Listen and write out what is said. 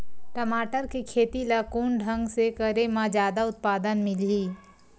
टमाटर के खेती ला कोन ढंग से करे म जादा उत्पादन मिलही?